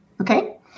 okay